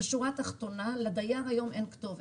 בשורה התחתונה, לדייר היום אין כתובת.